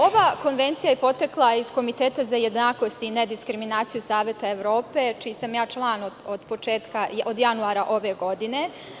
Ova konvencija je potekla iz Komiteta za jednakost i nediskriminaciju Saveta Evrope, čiji sam ja član od januara ove godine.